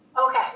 Okay